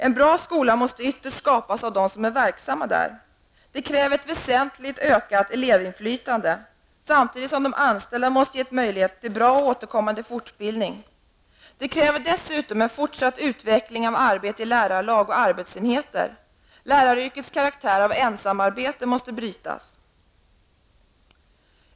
En bra skola måste ytterst skapas av dem som är verksamma där. Detta kräver ett väsentligt utökat elevinflytande, samtidigt som de anställda måste ges möjlighet till bra och återkommande fortbildning. Dessutom krävs en fortsatt utveckling av arbete i lärarlag och arbetsenheter. Läraryrkets karaktär av ensamarbete måste brytas.